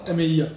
M_A_E ah